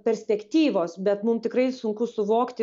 perspektyvos bet mum tikrai sunku suvokti